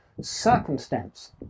circumstance